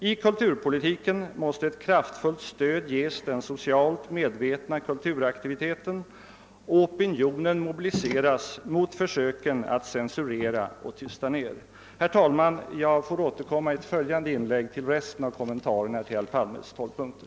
I kulturpolitiken måste kraftfullt stöd ges den socialt medvetna kulturaktiviteten och opinionen mobiliseras mot försöken att censurera och tysta ned. Herr talman! Jag får återkomma i ett följande inlägg med resten av kommentarerna till herr Palmes tolv punkter.